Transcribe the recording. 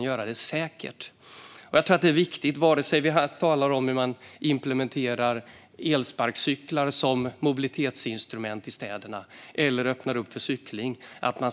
Jag tror att det är viktigt att man ständigt beaktar ett säkert perspektiv, vare sig vi talar om hur man implementerar elsparkcyklar som mobilitetsinstrument i städerna eller öppnar upp för cykling.